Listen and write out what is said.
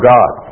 God